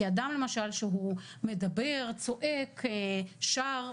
אדם למשל שהוא מדבר, צועק, שר,